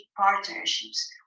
partnerships